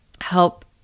help